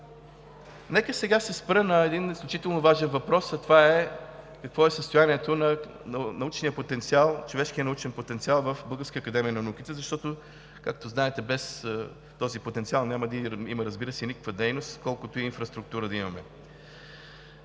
Нека сега се спра на един изключително важен въпрос, а това е какво е състоянието на човешкия научен потенциал в Българската академия на науките, защото, както знаете, без този потенциал няма да има, разбира се, никаква дейност, колкото и инфраструктура да имаме.